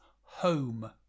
Home